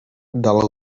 del